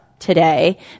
today